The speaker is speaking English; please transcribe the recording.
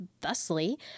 thusly